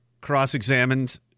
cross-examined